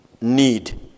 need